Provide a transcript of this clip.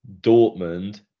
Dortmund